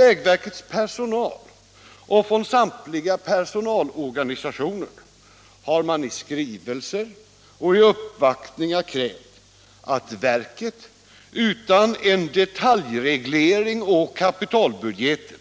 Vägverkets personal och samtliga personalorganisationer har i skrivelser och uppvaktningar krävt att verket utan en detaljreglering på kapitalbudgeten